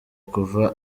kuva